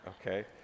okay